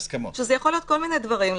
שזה יכול להיות כל מיני דברים,